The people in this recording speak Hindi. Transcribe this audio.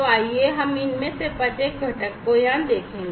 तो आइए हम इनमें से प्रत्येक घटक को यहाँ देखें